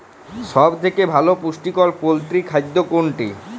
সব থেকে ভালো পুষ্টিকর পোল্ট্রী খাদ্য কোনটি?